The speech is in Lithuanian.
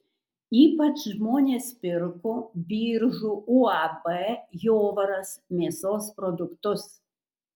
ypač žmonės pirko biržų uab jovaras mėsos produktus